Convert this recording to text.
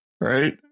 right